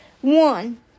One